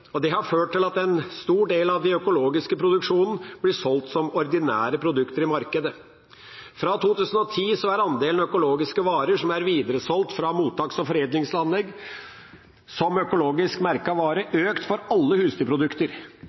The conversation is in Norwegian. Det har ført til at en stor del av den økologiske produksjonen blir solgt som ordinære produkter i markedet. Fra 2010 er andelen økologiske varer som er videresolgt fra mottaks- og foredlingsanlegg som økologisk merkede varer, økt for alle husdyrprodukter.